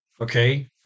okay